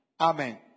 Amen